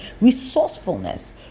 resourcefulness